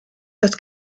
das